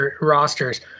rosters